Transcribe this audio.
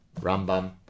Rambam